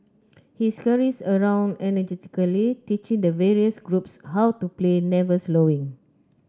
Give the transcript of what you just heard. he scurries around energetically teaching the various groups how to play never slowing